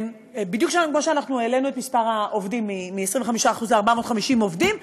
בדיוק כמו שאנחנו העלינו את מספר העובדים מ-25% ל-450 עובדים,